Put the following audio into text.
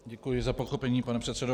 Děkuji za pochopení, pane předsedo.